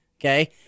Okay